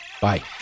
bye